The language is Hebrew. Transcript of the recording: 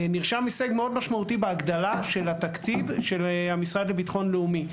נרשם הישג מאוד משמעותי בהגדלה של התקציב של המשרד לביטחון לאומי,